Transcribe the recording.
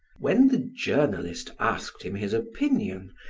when the journalist asked him his opinion,